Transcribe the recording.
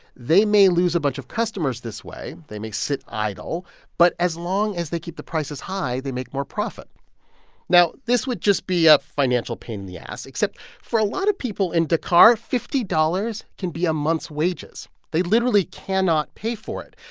they may lose a bunch of customers this way they may sit idle but as long as they keep the prices high, they make more profit now, this would just be a financial pain in the ass, except for a lot of people in dakar, fifty dollars can be a month's wages. they literally cannot pay for it,